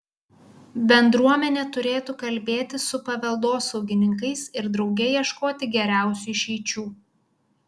bendruomenė turėtų kalbėtis su paveldosaugininkais ir drauge ieškoti geriausių išeičių